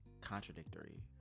contradictory